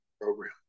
program